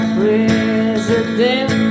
president